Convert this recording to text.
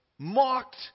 Mocked